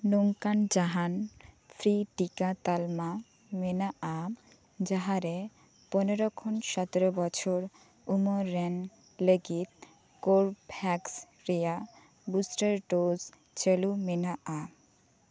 ᱱᱚᱝᱠᱟᱱ ᱡᱟᱦᱟᱸᱱ ᱯᱷᱨᱤ ᱴᱤᱠᱟ ᱛᱟᱞᱢᱟ ᱢᱮᱱᱟᱜᱼᱟ ᱡᱟᱦᱟᱸᱨᱮ ᱯᱚᱱᱮᱨᱚ ᱠᱷᱚᱱ ᱥᱚᱛᱮᱨᱚ ᱵᱚᱪᱷᱚᱨ ᱩᱢᱮᱨ ᱨᱮᱱ ᱞᱟᱹᱜᱤᱫ ᱠᱳᱨᱵᱽᱵᱷᱮᱠᱥ ᱨᱮᱭᱟᱜ ᱵᱩᱥᱴᱟᱨ ᱰᱳᱡᱽ ᱪᱟᱹᱞᱩ ᱢᱮᱱᱟᱜᱼᱟ